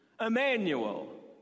Emmanuel